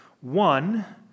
One